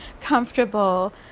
comfortable